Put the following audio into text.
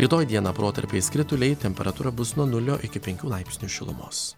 rytoj dieną protarpiais krituliai temperatūra bus nuo nulio iki penkių laipsnių šilumos